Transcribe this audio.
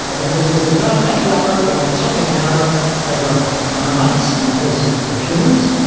ah then there's the developmental arrow, the ontogeny arrow over nine months, in the case of of humans.